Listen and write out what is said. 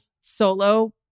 solo